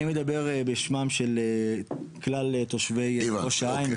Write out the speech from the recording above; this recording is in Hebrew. אני מדבר בשמם של כלל תושבי ראש העין,